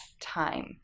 Time